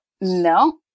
No